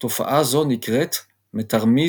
תופעה זו נקראת מטמריזם.